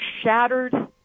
shattered